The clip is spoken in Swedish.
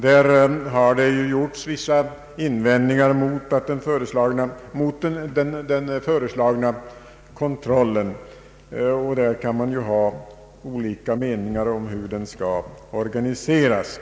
Det har riktats vissa invändningar mot den föreslagna kontrollen, och man kan naturligtvis ha olika meningar om hur den skall organiseras.